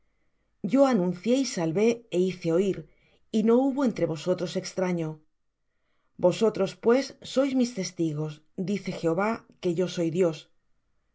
yo anuncié y salvé é hice oir y no hubo entre vosotros extraño vosotros pues sois mis testigos dice jehová que yo soy dios aun